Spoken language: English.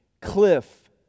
cliff